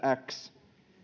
x